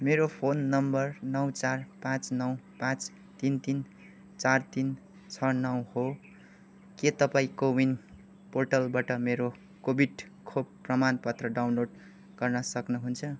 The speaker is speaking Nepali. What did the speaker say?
मेरो फोन नम्बर नौ चार पाँच नौ पाँच तिन तिन चार तिन छ नौ हो के तपाईँँ कोविन पोर्टलबाट मेरो कोभिड खोप प्रमाण पत्र डाउनलोड गर्न सक्नुहुन्छ